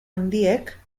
handiek